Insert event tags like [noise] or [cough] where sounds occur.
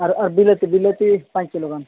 ᱟᱨ ᱟᱹᱰᱤ [unintelligible] ᱵᱤᱞᱟᱹᱛᱤ ᱯᱟᱸᱪ ᱠᱤᱞᱳ ᱜᱟᱱ